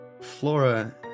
Flora